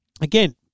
Again